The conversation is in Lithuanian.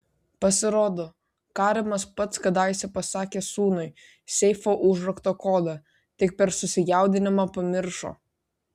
pasirodo karimas pats kadaise pasakė sūnui seifo užrakto kodą tik per susijaudinimą pamiršo